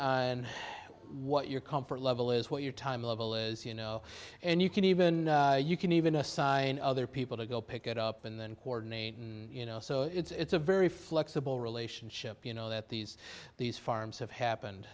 on what your comfort level is what your time level is you know and you can even you can even assign other people to go pick it up and then coordinate you know so it's a very flexible relationship you know that these these farms have happened